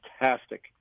fantastic